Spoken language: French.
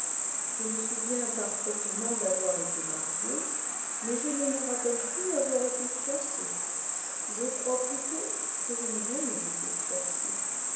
je me souviens parfaitement d'avoir été marié mais je ne me rappelle plus avoir été fiancé je crois plutôt que je n'ai jamais été